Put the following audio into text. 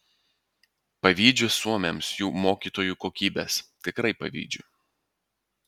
pavydžiu suomiams jų mokytojų kokybės tikrai pavydžiu